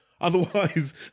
Otherwise